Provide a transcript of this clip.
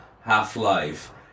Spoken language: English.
Half-Life